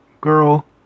Girl